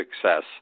success